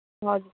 हजुर